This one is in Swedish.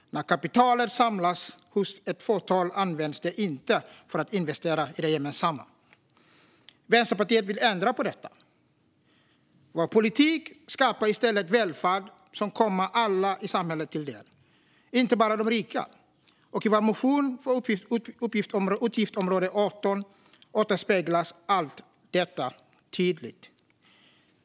När kapitalet samlas hos ett fåtal används det inte för att investera i det gemensamma. Vi i Vänsterpartiet vill ändra på detta. Vår politik skapar i stället välfärd som kommer alla i samhället till del - inte bara de rika. I vår motion för utgiftsområde 18 återspeglas allt detta tydligt.